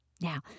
Now